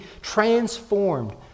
transformed